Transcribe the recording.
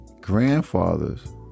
grandfather's